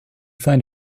find